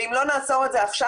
ואם לא נעצור את זה עכשיו,